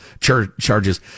charges